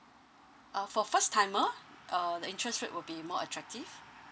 uh for first timer uh the interest rate will be more attractive